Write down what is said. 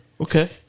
Okay